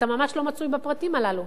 אתה ממש לא מצוי בפרטים האלה,